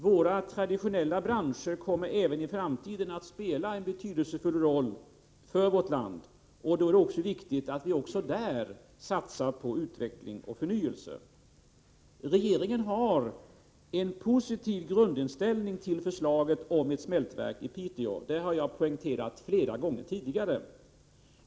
Våra traditionella branscher kommer även i framtiden att spela en betydelsefull roll för vårt land, men det är viktigt att vi också där satsar på utveckling och 'örnyelse. Regeringen har en positiv grundinställning till förslaget om ett smältverk i Piteå. Det har jag poängterat flera gånger tidigare.